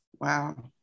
Wow